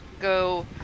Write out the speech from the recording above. go